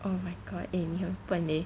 oh my god eh 你很笨 eh